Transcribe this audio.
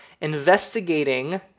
investigating